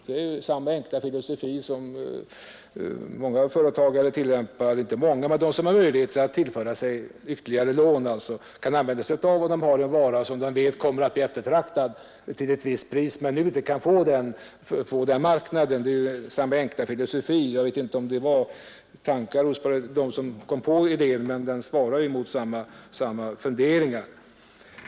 Detta är något som företagare som har möjlighet att skaffa sig ytterligare lån använder sig av när de har en vara som de vet kommer att bli eftertraktad till ett visst pris men som just nu inte kan få den marknaden. Jag vet inte om det var tanken hos dem som kom på idén, men den svarar mot samma funderingar.